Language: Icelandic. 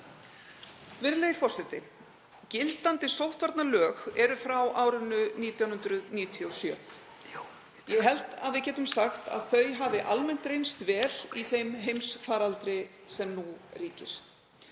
Virðulegi forseti. Gildandi sóttvarnalög eru frá árinu 1997. Ég held að við getum sagt að þau hafi almennt reynst vel í þeim heimsfaraldri sem nú ríkir.